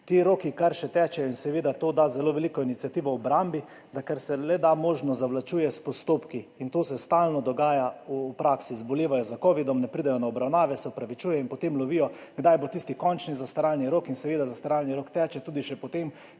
Ti roki še kar tečejo, in seveda, to da zelo veliko iniciativo obrambi, da kar se le da možno zavlačuje s postopki. To se stalno dogaja v praksi, zbolevajo za covidom, ne pridejo na obravnave, se opravičujejo in potem lovijo, kdaj bo tisti končni zastaralni rok, in seveda zastaralni rok teče tudi še po tem,